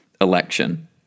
election